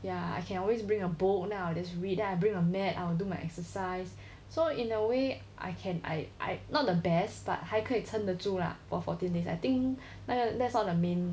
ya I can always bring a book then I will just read then I bring a mat I will do my exercise so in a way I can I I not the best but 还可以撑得住 lah for fourteen days I think that's all the main